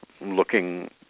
looking